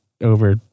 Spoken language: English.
over